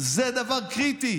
זה דבר קריטי